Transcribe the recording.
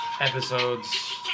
episode's